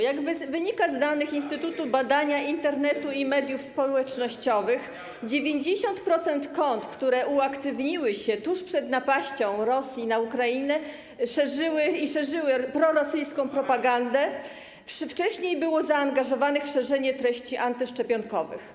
Jak wynika z danych Instytutu Badania Internetu i Mediów Społecznościowych, 90% kont, które uaktywniły się tuż przed napaścią Rosji na Ukrainę i szerzyły prorosyjską propagandę, wcześniej było zaangażowanych w szerzenie treści antyszczepionkowych.